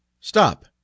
STOP